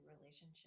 relationship